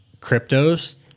cryptos